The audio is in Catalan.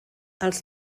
els